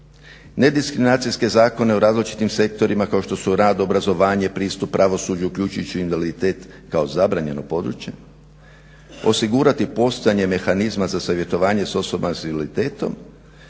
ne diskriminacijske zakone u različitim sektorima kao što su rad, obrazovanje, pristup pravosuđu uključujući invaliditet kao zabranjeno područje, osigurati postojanje mehanizma za savjetovanje osoba s invaliditetom